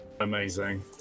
amazing